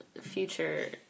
future